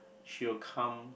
she will come